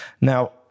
Now